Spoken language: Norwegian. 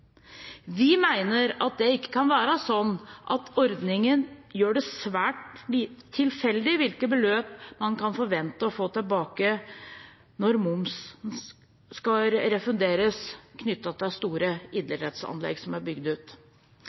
Vi mener at det ikke kan være sånn at ordningen gjør det svært tilfeldig hvilke beløp man kan forvente å få tilbake, når momsen skal refunderes knyttet til store idrettsanlegg som er bygd ut.